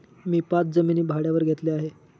मी पाच जमिनी भाड्यावर घेतल्या आहे